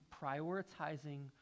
prioritizing